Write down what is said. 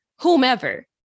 whomever